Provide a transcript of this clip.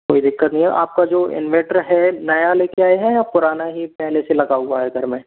कोई दिक्कत नहीं है आपका जो इनवर्टर है नया लेकर आए हैं या पुराना ही पहले से लगा हुआ है घर में